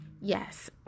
Yes